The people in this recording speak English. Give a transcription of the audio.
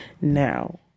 now